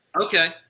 Okay